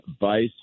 vice